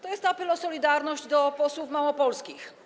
To jest apel o solidarność do posłów małopolskich.